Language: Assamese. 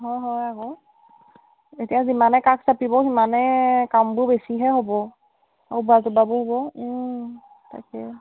হয় হয় আকৌ এতিয়া যিমানে কাষ চাপিব সিমানে কামবোৰ বেছিহে হ'ব হ'ব তাকে